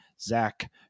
Zach